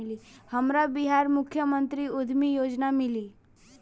हमरा बिहार मुख्यमंत्री उद्यमी योजना मिली?